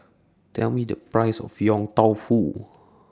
Tell Me The Price of Yong Tau Foo